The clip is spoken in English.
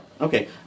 Okay